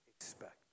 expect